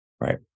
Right